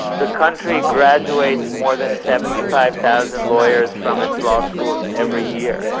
the country graduates more than seventy five thousand lawyers from its law schools every year.